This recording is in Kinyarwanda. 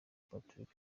patrick